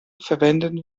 verwenden